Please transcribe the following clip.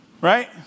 Right